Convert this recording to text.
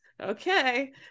okay